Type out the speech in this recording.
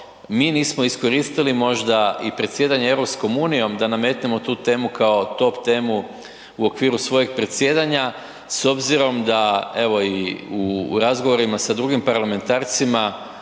mi nismo iskoristili možda i predsjedanje EU da nametnemo tu temu kao top temu u okviru svojeg predsjedanja s obzirom da evo i u razgovorima sa drugim parlamentarcima